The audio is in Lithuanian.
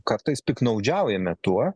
kartais piktnaudžiaujame tuo